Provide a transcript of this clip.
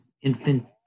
infant